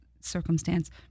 circumstance